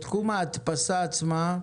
בתחום ההדפסה עצמה,